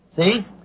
See